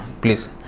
please